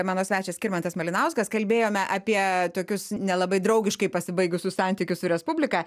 mano svečias skirmantas malinauskas kalbėjome apie tokius nelabai draugiškai pasibaigusius santykius su respublika